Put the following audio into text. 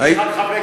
אתם 61 חברי כנסת,